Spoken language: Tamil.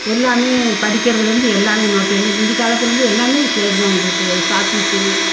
எல்லாமே படிக்கிறதுலேருந்து எல்லாமே நோட்டு எங்களுக்கு முந்தி காலத்திலருந்து எல்லாமே ஸ்லேட்டு தான் எங்களுக்கு சாப்பீஸ்ஸு